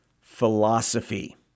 philosophy